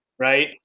right